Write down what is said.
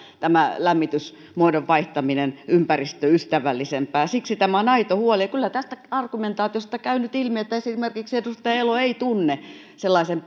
tämä lämmitysmuodon vaihtaminen ympäristöystävällisempään siksi tämä on aito huoli kyllä tästä argumentaatiosta käy nyt ilmi että esimerkiksi edustaja elo ei tunne sellaisen